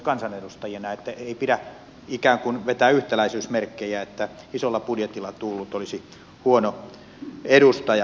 ei pidä ikään kuin vetää yhtäläisyysmerkkejä että isolla budjetilla tullut olisi huono edustaja